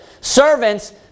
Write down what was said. Servants